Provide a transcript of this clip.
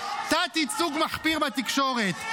תת-ייצוג מחפיר בתקשורת.